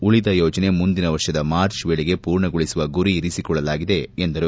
ಉಳಿದ ಯೋಜನೆ ಮುಂದಿನ ವರ್ಷದ ಮಾರ್ಚ್ ವೇಳೆಗೆ ಪೂರ್ಣಗೊಳಿಸುವ ಗುರಿ ಇರಿಸಿಕೊಳ್ಳಲಾಗಿದೆ ಎಂದರು